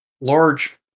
Large